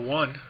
one